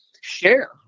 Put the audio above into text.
share